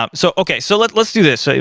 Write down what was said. um so, okay, so let's let's do this.